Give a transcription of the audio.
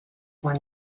one